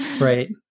Right